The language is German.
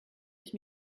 ich